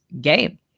game